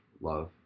love